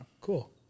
cool